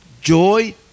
joy